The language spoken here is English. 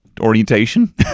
orientation